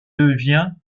devient